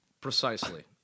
Precisely